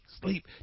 sleep